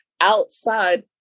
outside